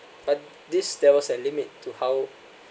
but this there was a limit to how